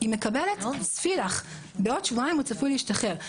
היא מקבלת ספיח: בעוד שבועיים הוא צפוי להשתחרר.